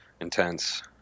intense